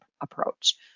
approach